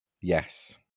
yes